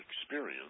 experience